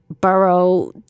borough